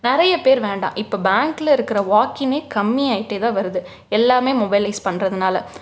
நிறைய பேர் வேண்டாம் இப்போ பேங்கில் இருக்கிற வாக்கின்னே கம்மியாகிட்டே தான் வருது எல்லாமே மொபைலைஸ் பண்ணுறதுனால